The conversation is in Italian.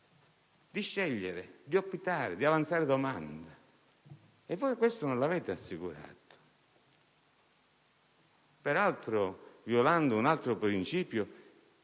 di scegliere, di optare, di avanzare domanda. E voi questo non l'avete assicurato, peraltro violando un altro principio